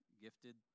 gifted